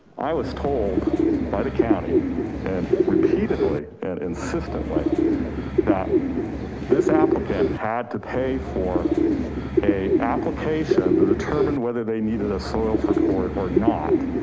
i was told by the county and repeatedly and insistently that this applicant had to pay for a application to determine whether they needed a soils report or not.